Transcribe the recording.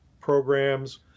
programs